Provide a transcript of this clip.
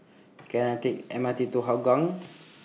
Can I Take The M R T to Hougang